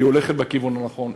הולכת בכיוון הנכון.